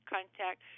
Contact